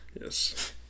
Yes